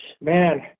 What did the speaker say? Man